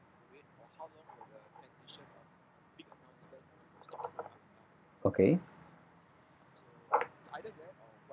okay